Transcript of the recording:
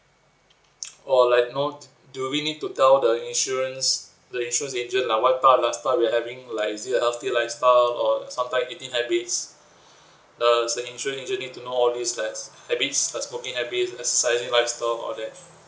or like you know do we need to tell the insurance the insurance agent lah what kind of lifestyle we're having like is it a healthy lifestyle or sometimes eating habits err is the insurance agent need to know all this like habits like smoking habits exercising lifestyle all that